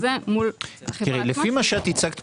זה חוזה מול החברה עצמה.